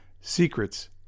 Secrets